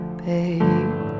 babe